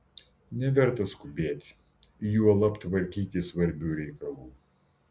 neverta skubėti juolab tvarkyti svarbių reikalų